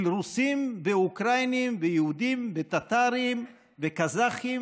של רוסים ואוקראינים ויהודים וטטרים וקזחים